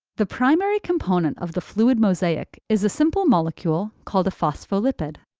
the primary component of the fluid mosaic is a simple molecule called a phospholipid.